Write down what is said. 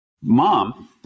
Mom